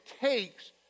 takes